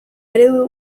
eredu